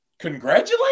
Congratulate